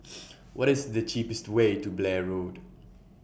What IS The cheapest Way to Blair Road